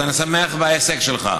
אז אני שמח בהישג שלך.